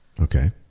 Okay